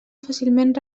fàcilment